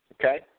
Okay